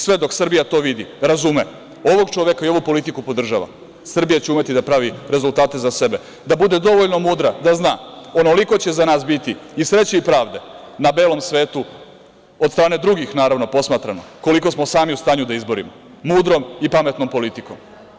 Sve dok Srbija to vidi, razume, ovog čoveka i ovu politiku podržava, Srbija će umeti da pravi rezultate za sebe, da bude dovoljno mudra da zna onoliko će za nas biti i sreće i pravde na belom svetu od strane drugih, naravno posmatrano, koliko smo sami u stanju da izborimo mudrom i pametnom politikom.